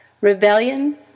Rebellion